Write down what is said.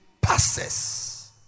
passes